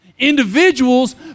individuals